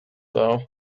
though